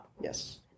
Yes